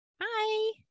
Hi